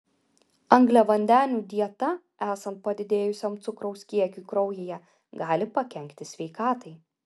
angliavandenių dieta esant padidėjusiam cukraus kiekiui kraujyje gali pakenkti sveikatai